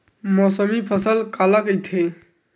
मौसमी फसल काला कइथे?